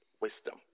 wisdom